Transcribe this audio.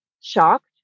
shocked